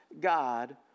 God